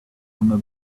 under